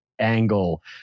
angle